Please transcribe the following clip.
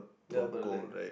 ya but like